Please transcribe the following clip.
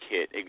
kit